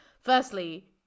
firstly